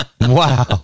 Wow